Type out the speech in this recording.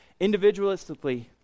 individualistically